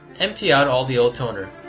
empty out all the old toner.